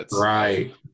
right